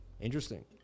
Interesting